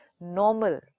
normal।